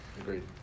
Agreed